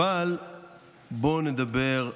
אבל בואו נדבר אמת: